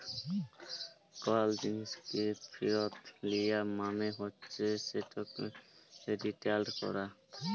call জিলিসকে ফিরত লিয়া মালে হছে সেটকে রিটার্ল ক্যরা